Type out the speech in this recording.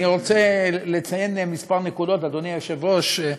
אני רוצה לציין כמה נקודות, אדוני היושב-ראש,